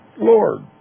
Lord